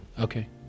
Okay